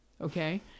okay